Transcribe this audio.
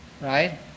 right